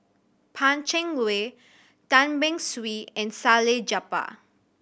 Pan Cheng Lui Tan Beng Swee and Salleh Japar